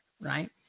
right